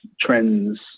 trends